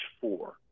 four